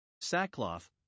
sackcloth